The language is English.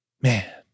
man